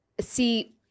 see